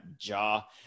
Jaw